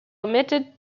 omitted